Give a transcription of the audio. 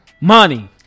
Money